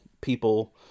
people